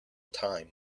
time